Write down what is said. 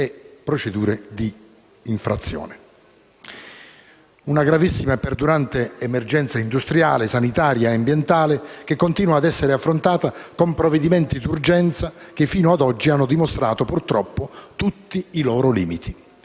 gravissima emergenza industriale sanitaria e ambientale, che continua ad essere affrontata con provvedimenti d'urgenza che sino ad oggi hanno dimostrato tutti i loro limiti